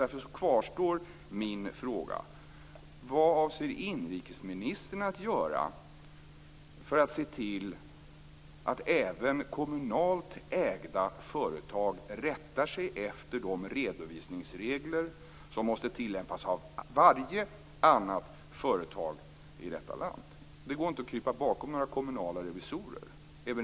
Därför kvarstår min fråga: Vad avser inrikesministern att göra för att se till att även kommunalt ägda företag rättar sig efter de redovisningsregler som måste tillämpas av varje annat företag i detta land? Det går inte att krypa bakom några kommunala revisorer.